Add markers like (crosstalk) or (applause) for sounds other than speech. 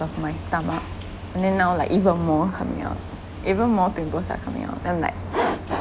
of my stomach and then now like even more coming out even more pimples are coming out then I'm like (noise)